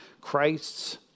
Christ's